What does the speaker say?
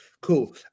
cool